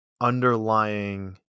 underlying